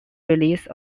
release